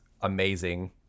amazing